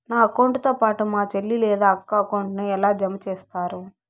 నా అకౌంట్ తో పాటు మా చెల్లి లేదా అక్క అకౌంట్ ను ఎలా జామ సేస్తారు?